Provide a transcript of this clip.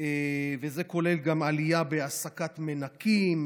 זה כולל גם עלייה בהעסקת מנקים,